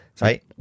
right